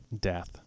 death